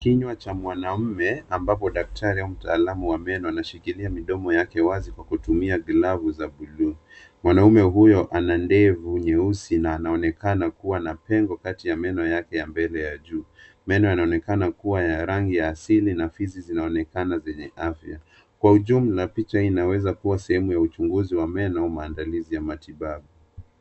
Kinywa cha mwanaume ambapo daktari au mtaalamu wa meno ameshikilia midomo yake wazi kwa kutumia glavu za buluu. Mwanaume huyo ana ndevu nyeusi na anaonekana kuwa na pengo kati ya meno yake mbele ya juu. Meno yanaonekana kuwa rangi ya asili na fizi zinaonekana zenye afya. Kwa ujumla, picha hii inaweza kuwa sehemu ya uchunguzi wa meno au maandalizi ya matibabu.